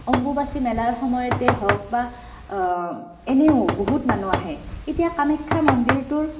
অম্বুবাচী মেলাৰ সময়তেই হওক বা এনেও বহুত মানুহ আহে এতিয়া কামাখ্যা মন্দিৰটোৰ